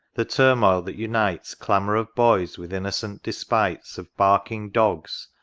the turmoil that unites clamour of boys with innocent despites of barking dogs,